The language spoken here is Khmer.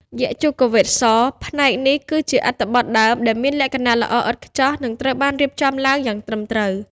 យជុវ៌េទ-ស ផ្នែកនេះគឺជា អត្ថបទដើម ដែលមានលក្ខណៈល្អឥតខ្ចោះ និងត្រូវបានរៀបចំឡើងយ៉ាងត្រឹមត្រូវ។